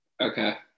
Okay